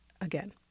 Again